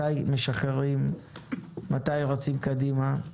מתי משחררים ורצים קדימה.